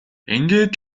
ингээд